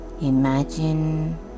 Imagine